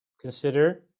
Consider